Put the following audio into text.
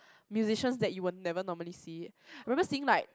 musicians that you will never normally see remember seeing like